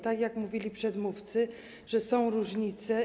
Tak jak mówili przedmówcy, są różnice.